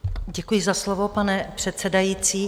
Děkuji za slovo, pane předsedající.